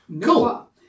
Cool